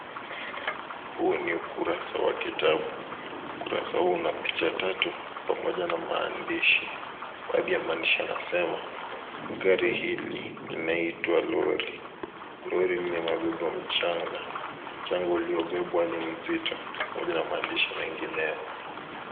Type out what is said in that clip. Huu ni ukurasa wa kitabu, ukurasa huu una picha tatu pamoja na maandishi. Baadhi ya maandishi yanasema gari hili linaitwa lori. Lori limebeba mchanga, mchanga uliobebwa ni mzito pamoja na maandishi mengineyo.